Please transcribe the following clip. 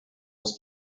was